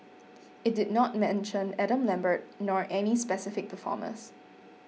it did not mention Adam Lambert nor any specific performers